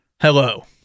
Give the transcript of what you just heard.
Hello